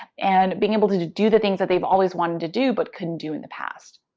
and being able to to do the things that they've always wanted to do, but couldn't do in the past?